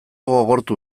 gogortu